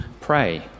pray